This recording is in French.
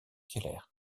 keller